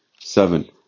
seven